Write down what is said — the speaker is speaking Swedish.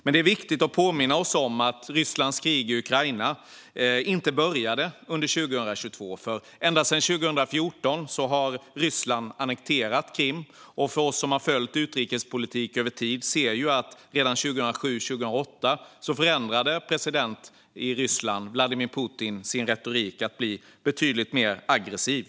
Det är dock viktigt att påminna oss om att Rysslands krig i Ukraina inte började under 2022. Ända sedan 2014 har Ryssland annekterat Krim. Vi som har följt utrikespolitik över tid såg att presidenten i Ryssland, Vladimir Putin, förändrade sin retorik redan 2007-2008 till att bli betydligt mer aggressiv.